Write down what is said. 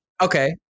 Okay